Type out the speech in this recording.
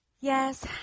Yes